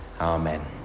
Amen